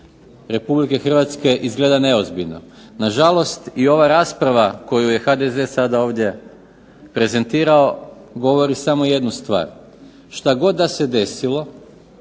Republike Hrvatske izgleda neozbiljno. Na žalost i ova rasprava koju je HDZ sada ovdje prezentirao govori samo jednu stvar, što god da se desilo